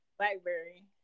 Blackberry